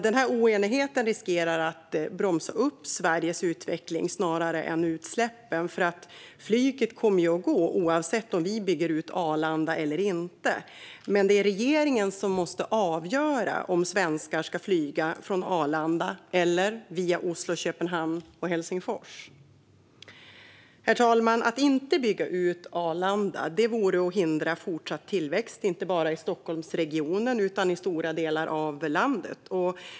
Denna oenighet riskerar att bromsa upp Sveriges utveckling snarare än utsläppen. Flyget kommer att gå oavsett om vi bygger ut Arlanda eller inte, men det är regeringen som måste avgöra om svenskar ska flyga från Arlanda eller via Oslo, Köpenhamn och Helsingfors. Herr talman! Att inte bygga ut Arlanda vore att hindra fortsatt tillväxt, inte bara i Stockholmsregionen utan i stora delar av landet.